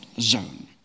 zone